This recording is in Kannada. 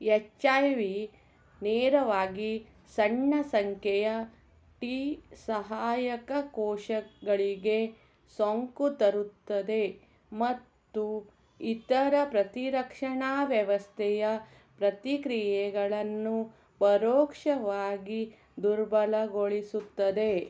ಎಚ್ ಐ ವಿ ನೇರವಾಗಿ ಸಣ್ಣ ಸಂಖ್ಯೆಯ ಟಿ ಸಹಾಯಕ ಕೋಶಗಳಿಗೆ ಸೋಂಕು ತರುತ್ತದೆ ಮತ್ತು ಇತರ ಪ್ರತಿರಕ್ಷಣಾ ವ್ಯವಸ್ಥೆಯ ಪ್ರತಿಕ್ರಿಯೆಗಳನ್ನು ಪರೋಕ್ಷವಾಗಿ ದುರ್ಬಲಗೊಳಿಸುತ್ತದೆ